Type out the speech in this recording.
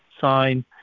sign